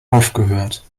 aufgehört